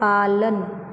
पालन